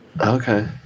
Okay